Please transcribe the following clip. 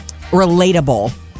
relatable